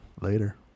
later